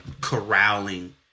corralling